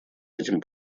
этим